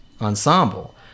ensemble